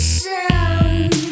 sound